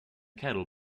cattle